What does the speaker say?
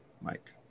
Mike